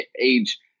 age